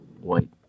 white